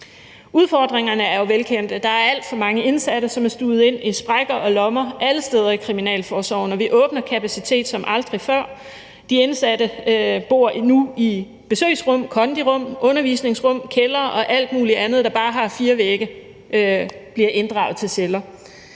Udfordringerne er jo velkendte, der er alt for mange indsatte, som er stuvet ind i sprækker og lommer alle steder i Kriminalforsorgen, og vi åbner kapacitet som aldrig før. De indsatte bor nu i besøgsrum, kondirum, undervisningsrum, kældre, og alt muligt andet, der bare har fire vægge, bliver inddraget til celler.